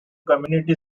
community